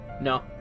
No